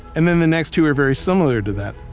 and then the next two are very similar to that,